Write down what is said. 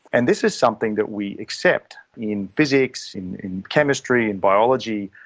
and this is something that we accept in physics, in in chemistry and biology,